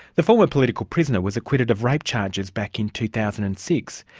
the former political prisoner was acquitted of rape charges back in two thousand and six.